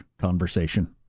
conversation